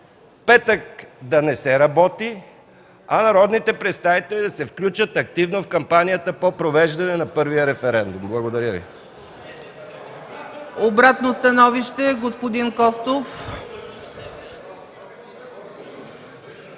петък да не се работи, а народните представители да се включат активно в кампанията по провеждане на първия референдум. Благодаря Ви. ПРЕДСЕДАТЕЛ ЦЕЦКА ЦАЧЕВА: Обратно становище – господин Костов.